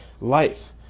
life